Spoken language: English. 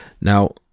now